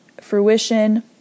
fruition